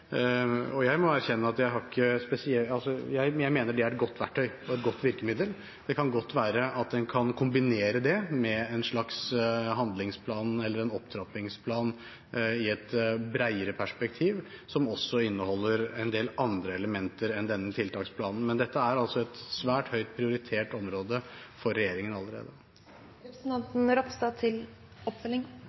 Jeg mener det er et godt verktøy og et godt virkemiddel, men det kan godt være at en kan kombinere det med en slags handlingsplan eller en opptrappingsplan i et bredere perspektiv, som også inneholder en del andre elementer enn denne tiltaksplanen. Men dette er altså et svært høyt prioritert område for regjeringen